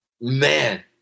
Man